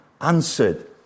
answered